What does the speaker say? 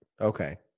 Okay